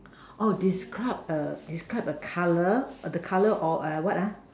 orh describe a describe a colour the colour of a what ah